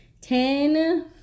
ten